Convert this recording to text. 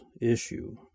issue